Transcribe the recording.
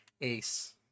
Ace